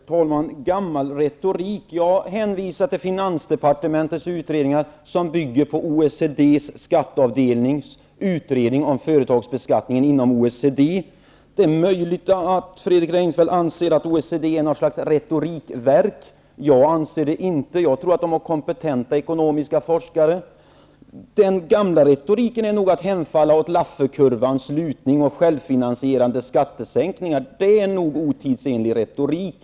Herr talman! Fredrik Reinfeldt använde uttrycket gammal retorik. Jag hänvisar till finansdepartementets utredningar som bygger på OECD:s skatteavdelnings utredning om företagsbeskattningen inom OECD. Det är möjligt att Fredrik Reinfeldt anser att OECD är något slags retorikverk. Jag anser det inte. Jag tror att de har kompetenta ekonomiska forskare. Den gamla retoriken är nog hemfalla åt Laffer-kurvans lutning av självfinansierande skattesänkningar. Det är nog otidsenlig retorik.